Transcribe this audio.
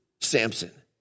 Samson